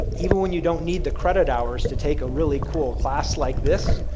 even when you don't need the credit hours to take a really cool class like this,